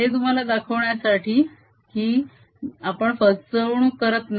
हे तुम्हाला दाखवण्यासाठी की आपण फसवणूक करत नाही